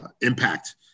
impact